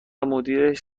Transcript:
مدیرش